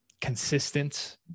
consistent